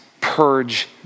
purge